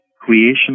creation